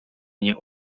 nie